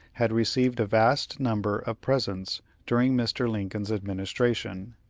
had received a vast number of presents during mr. lincoln's administration,